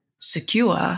secure